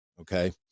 Okay